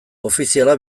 ofiziala